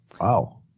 Wow